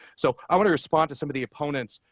so i want to respond to some of the opponents.